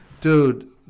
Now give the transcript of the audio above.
Dude